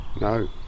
No